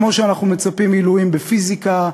כמו שאנחנו מצפים מעילויים בפיזיקה,